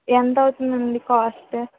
ఎంతవుతుందండి cost